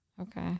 Okay